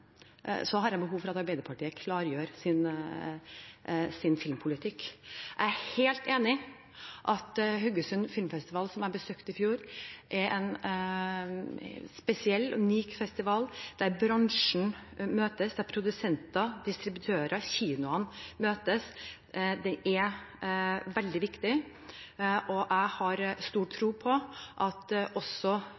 har jeg behov for at Arbeiderpartiet klargjør sin filmpolitikk. Jeg er helt enig i at Filmfestivalen i Haugesund, som jeg besøkte i fjor, er en spesiell og unik festival der bransjen møtes, der produsenter, distributører og kinoene møtes. Den er veldig viktig, og jeg har stor tro